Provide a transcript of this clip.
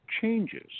changes